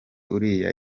uriya